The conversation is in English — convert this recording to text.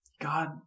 God